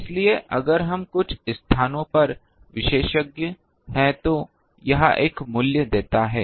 इसलिए अगर हम कुछ स्थानों पर विशेषज्ञ हैं तो यह एक मूल्य देता है